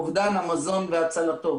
אובדן המזון והצלתו.